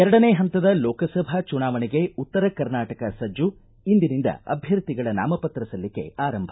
ಎರಡನೇ ಹಂತದ ಲೋಕಸಭಾ ಚುನಾವಣೆಗೆ ಉತ್ತರ ಕರ್ನಾಟಕ ಸಜ್ಜು ಇಂದಿನಿಂದ ಅಭ್ಯರ್ಥಿಗಳ ನಾಮಪತ್ರ ಸಲ್ಲಿಕೆ ಆರಂಭ